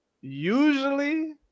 usually